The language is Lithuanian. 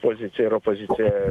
pozicija ir opozicija